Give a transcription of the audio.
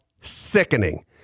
sickening